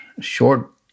short